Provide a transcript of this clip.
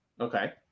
Okay